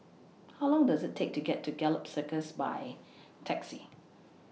How Long Does IT Take to get to Gallop Circus By Taxi